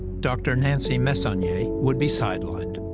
dr. nancy messonnier would be sidelined.